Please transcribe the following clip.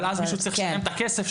אבל אז מישהו צריך לשלם את הכסף,